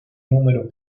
números